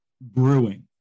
brewing